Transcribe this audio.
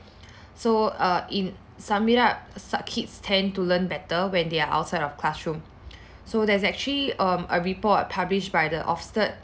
so err in sum it up s~ kids tend to learn better when they are outside of classroom so there's actually um a report published by the oxford